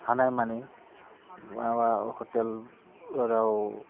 हानायमानि माबा हटेलफोराव